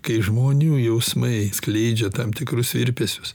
kai žmonių jausmai skleidžia tam tikrus virpesius